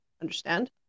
understand